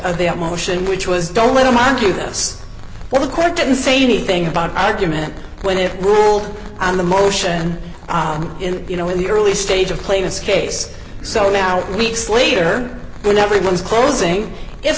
of their motion which was don't let them argue this what the court didn't say anything about argument when it will on the motion in you know in the early stage of playing this case so now weeks later when everyone is closing i